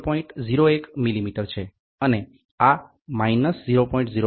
01 millimetre છે અને આ 0